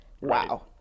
Wow